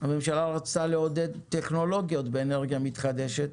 הממשלה רצתה לעודד טכנולוגיות חדשניות באנרגיה מתחדשת,